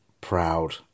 proud